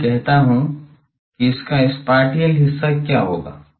अब मैं कहता हूं कि इसका स्पाटिअल हिस्सा क्या होगा